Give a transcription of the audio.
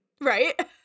Right